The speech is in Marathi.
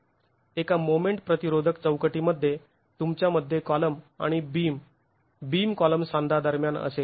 एका मोमेंट प्रतिरोधक चौकटीमध्ये तुमच्यामध्ये कॉलम आणि बीम बीम कॉलम सांधा दरम्यान असेल